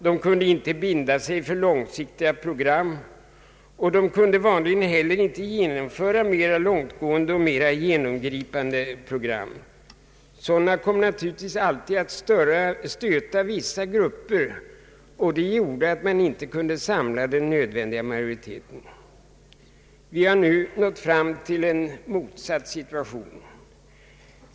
De kunde inte binda sig för långsiktiga program, och de kunde vanligen inte heller genomföra mera långtgående och mera genomgripande program. Sådana kom naturligtvis alltid att stöta vissa grupper, och det gjorde att man inte kunde samla den nödvändiga majoriteten. Vi har nu nått fram till en motsatt situation.